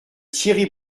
thierry